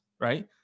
right